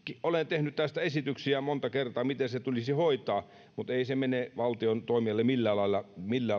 olen tehnyt monta kertaa esityksiä siitä miten asia tulisi hoitaa mutta ei se mene valtion toimijalle millään lailla